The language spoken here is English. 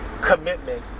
commitment